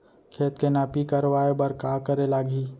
खेत के नापी करवाये बर का करे लागही?